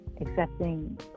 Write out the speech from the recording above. accepting